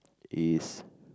is